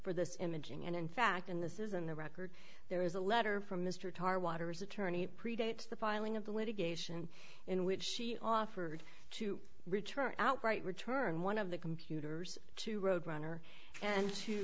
for this image and in fact in this is in the record there is a letter from mr tarr waters attorney predates the filing of the litigation in which she offered to return outright return one of the computers to roadrunner and to